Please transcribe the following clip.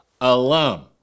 Alone